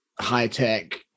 high-tech